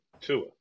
Tua